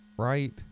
Right